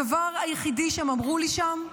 הדבר היחידי שהם אמרו לי שם,